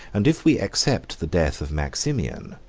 and if we except the death of maximian,